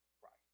Christ